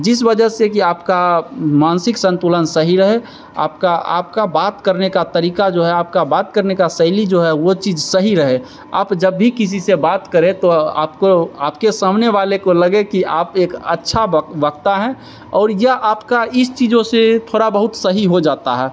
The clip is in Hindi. जिस वजह से कि आपका मानसिक संतुलन सही रहे आपका आपका बात करने का तरीका जो है आपका बात करने की शैली जो है वह चीज़ सही रहे आप जब भी किसी से बात करें तो आपको आपके सामने वाले को लगे कि आप एक अच्छा बक वक्ता हैं और यह आपका इन चीज़ों से थोड़ा बहुत सही हो जाता है